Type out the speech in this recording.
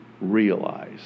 realize